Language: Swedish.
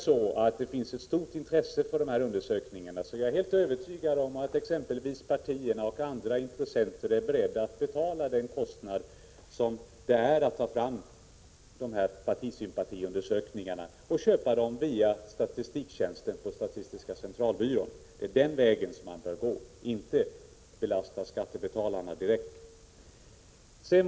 Om det finns ett stort intresse för dessa undersökningar är jag helt övertygad om att exempelvis partierna och andra intressenter är beredda att betala kostnaden för att ta fram partisympatiundersökningarna genom att köpa dem via statistiktjänsten på statistiska centralbyrån. Det är den vägen som man bör gå i stället för att direkt belasta skattebetalarna med detta.